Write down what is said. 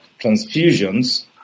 transfusions